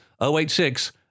086